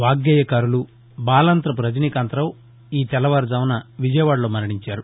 వాగ్గేయకారులు బాలాంతవు రజనీకాంతరావు ఈ తెల్లవారుఝామున విజయవాడలో మరణించారు